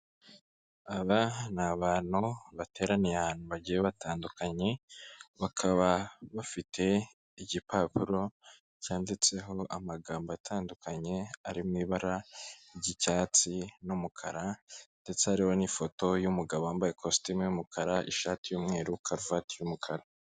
Aba ni abantu bateraniye ahantu bagiye batandukanye, bakaba bafite igipapuro cyanditseho amagambo atandukanye ari mu ibara ry'icyatsi n'umukara ndetse hariho n'ifoto y'umugabo wambaye ikositimu y'umukara ishati y'umweru karuvati y'umukara.